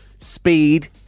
speed